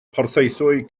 porthaethwy